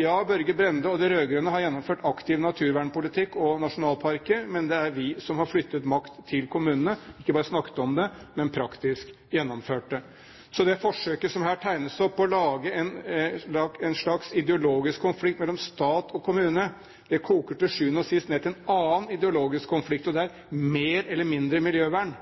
Ja, Børge Brende og de rød-grønne har gjennomført aktiv naturvernpolitikk og nasjonalparkplaner, men det er vi som har flyttet makt til kommunene – ikke bare snakket om det, men praktisk gjennomført det. Så det forsøket som her tegnes opp – å lage en slags ideologisk konflikt mellom stat og kommune – koker til sjuende og sist ned til en annen ideologisk konflikt, og det er mer eller mindre miljøvern.